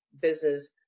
business